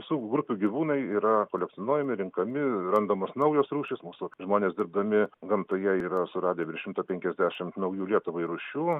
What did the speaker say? visų grupių gyvūnai yra kolekcionuojami renkami randamos naujos rūšys mūsų žmonės dirbdami gamtoje yra suradę virš šimto penkiasdešimt naujų lietuvai rūšių